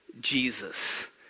Jesus